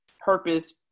purpose